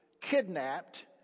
kidnapped